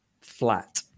flat